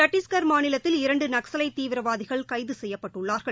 சட்டஸ்கர் மாநிலத்தில் இரண்டுநக்சலைட் தீவிரவாதிகள் கைதசெய்யப்பட்டுள்ளார்கள்